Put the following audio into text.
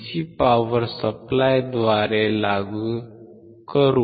C power सप्लायद्वारे लागू करू